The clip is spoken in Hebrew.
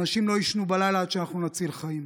אנשים לא יישנו בלילה עד שאנחנו נציל חיים.